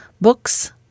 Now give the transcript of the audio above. books